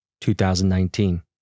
2019